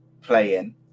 playing